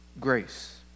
grace